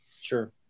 Sure